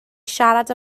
siarad